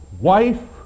wife